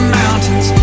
mountains